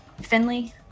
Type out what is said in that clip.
Finley